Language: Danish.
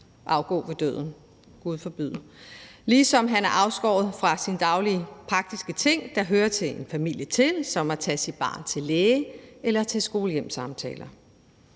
afgå ved døden, gud forbyde det, ligesom han er afskåret fra de daglige praktiske ting, der hører en familie til, som at tage sit barn til læge eller til skole-hjem-samtaler.